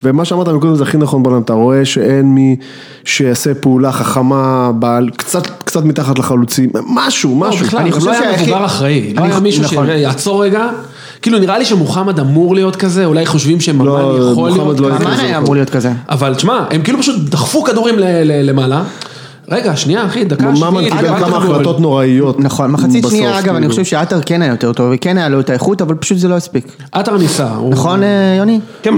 ומה שאמרת גם קודם זה הכי נכון בעולם, אתה רואה שאין מי שיעשה פעולה חכמה, קצת קצת מתחת לחלוצים, משהו, משהו. אני חושב שזה היחיד. לא היה מבוגר אחראי, לא היה מישהו שיעצור רגע, כאילו נראה לי שמוחמד אמור להיות כזה, אולי חושבים שהוא יכול להיות כזה, אבל שמע, הם כאילו פשוט דחפו כדורים למעלה, רגע, שנייה אחי, דקה שנייה. החלטות נוראיות, נכון, מחצית שניה אגב, אני חושב שעטר כן היה יותר טוב, כן היה לו את האיכות, אבל פשוט זה לא הספיק. עטר ניסה. נכון יוני? כן